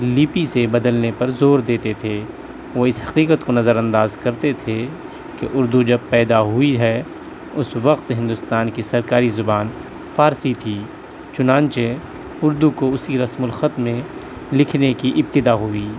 لیپی سے بدلنے پر زور دیتے تھے وہ اس حقیقت کو نظرانداز کرتے تھے کہ اردو جب پیدا ہوئی ہے اس وقت ہندوستان کی سرکاری زبان فارسی تھی چنانچہ اردو کو اسی رسم الخط میں لکھنے کی ابتدا ہوئی